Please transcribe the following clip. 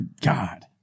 God